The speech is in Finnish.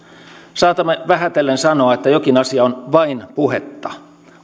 saatamme vähätellen sanoa että jokin asia on vain puhetta